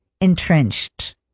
entrenched